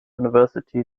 university